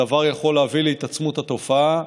הדבר יכול להביא להתעצמות התופעה.